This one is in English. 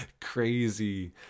crazy